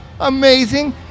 Amazing